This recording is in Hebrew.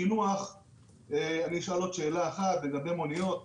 לקינוח אני אשאל עוד שאלה אחת לגבי מוניות.